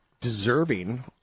deserving